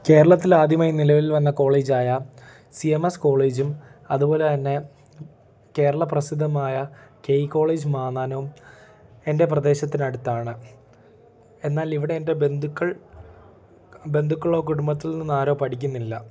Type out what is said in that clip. കേരളത്തിലാദ്യമായി നിലവിൽ വന്ന കോളേജായ സി എം എസ് കോളേജും അതുപോലെതന്നെ കേരള പ്രസിദ്ധമായ കെ ഇ കോളേജ് മാന്നാനോം എൻ്റെ പ്രദേശത്തിന് അടുത്താണ് എന്നാൽ ഇവിടേൻ്റെ ബന്ധുക്കൾ ബന്ധുക്കളോ കുടുംബത്തിൽ നിന്ന് ആരോ പഠിക്കുന്നില്ല